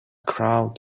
crowd